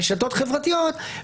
רשתות חברתיות,